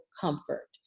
comfort